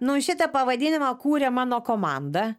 nu šitą pavadinimą kūrė mano komanda